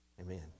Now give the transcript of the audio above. Amen